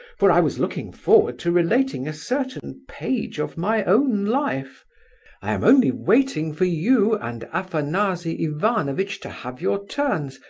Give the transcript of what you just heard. for i was looking forward to relating a certain page of my own life i am only waiting for you and afanasy ivanovitch to have your turns,